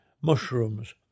mushrooms